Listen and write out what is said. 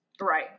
Right